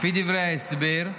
לפי דברי ההסבר,